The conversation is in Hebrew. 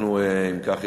אם כך,